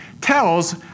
tells